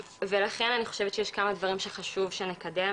ולכן אני חושבת שיש כמה דברים שחשוב שנקדם.